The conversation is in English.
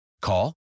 Call